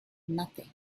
nothing